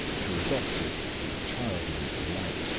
who adopted, with childlike delight,